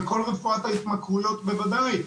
וכל רפואת ההתמכרויות בוודאי,